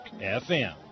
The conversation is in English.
FM